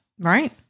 Right